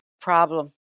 problem